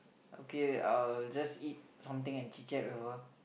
okay I'll just eat something and chit chat with her